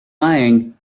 lying